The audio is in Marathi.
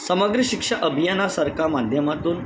समग्र शिक्षा अभियानासरख्या माध्यमातून